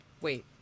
wait